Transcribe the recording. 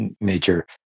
major